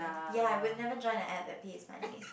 ya I would never join an app that pays money